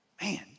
Man